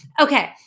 Okay